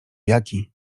jaki